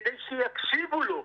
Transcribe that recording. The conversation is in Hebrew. כדי שיקשיבו לו.